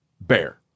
bear